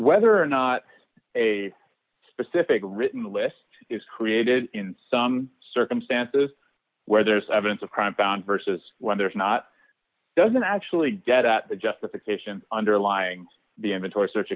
whether or not a specific written list is created in some circumstances where there is evidence of crime found versus when there is not doesn't actually dead at the justification underlying the inventory search